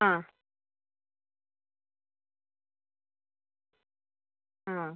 ആ ആ